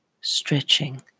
stretching